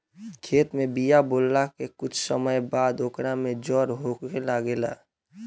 खेत में बिया बोआला के कुछ समय बाद ओकर में जड़ होखे लागेला